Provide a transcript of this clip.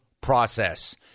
process